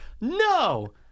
No